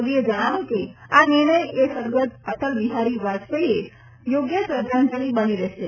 શ્રી મોદીએ જજ્ઞાવ્યું કે આ નિર્ણય એ સદ્ગત અટલબિહાર વાજપેયીએ યોગ્ય શ્રદ્ધાંજલી બની રહેશે